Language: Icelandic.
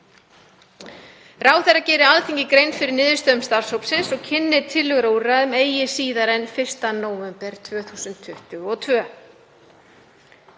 Ráðherra geri Alþingi grein fyrir niðurstöðum starfshópsins og kynni tillögur að úrræðum eigi síðar en 1. nóvember 2022.“